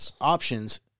Options